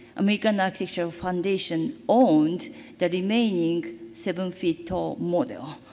american architectural foundation owned the remaining seven feet tall model.